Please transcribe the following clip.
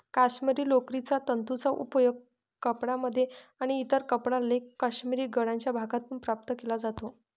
काश्मिरी लोकरीच्या तंतूंचा उपयोग कपड्यांमध्ये आणि इतर कपडा लेख काश्मिरी गळ्याच्या भागातून प्राप्त केला जातो